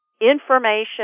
information